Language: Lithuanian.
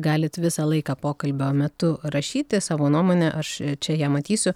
galit visą laiką pokalbio metu rašyti savo nuomonę aš čia ją matysiu